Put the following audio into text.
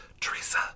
Teresa